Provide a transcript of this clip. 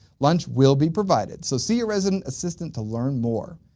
lunch will be provided. so see your resident assistant to learn more.